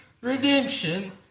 Redemption